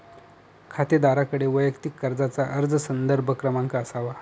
खातेदाराकडे वैयक्तिक कर्जाचा अर्ज संदर्भ क्रमांक असावा